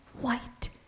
white